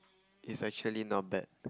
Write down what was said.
is actually not bad